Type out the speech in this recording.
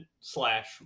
slash